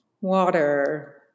water